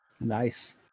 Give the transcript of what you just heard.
Nice